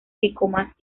tricomas